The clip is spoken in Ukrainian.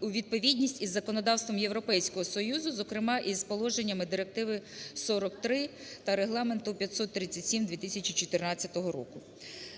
у відповідність з законодавством Європейського Союзу, зокрема з положеннями Директиви 43 та Регламенту 537 2014 року.